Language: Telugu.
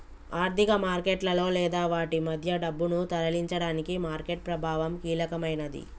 ఆర్థిక మార్కెట్లలో లేదా వాటి మధ్య డబ్బును తరలించడానికి మార్కెట్ ప్రభావం కీలకమైనది